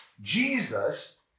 Jesus